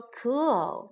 cool